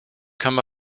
come